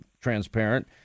transparent